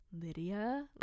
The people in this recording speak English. Lydia